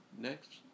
next